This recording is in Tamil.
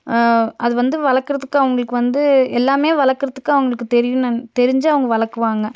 அது வந்து வளர்க்குறதுக்கு அவங்களுக்கு வந்து எல்லாமே வளர்க்குறதுக்கு அவங்களுக்கு தெரியும்ன தெரிஞ்சு அவங்க வளர்க்குவாங்க